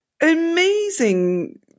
amazing